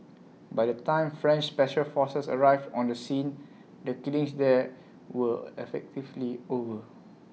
by the time French special forces arrived on the scene the killings there were effectively over